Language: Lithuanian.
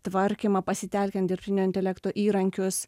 tvarkymą pasitelkiant dirbtinio intelekto įrankius